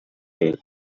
ele